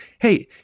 hey –